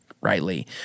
rightly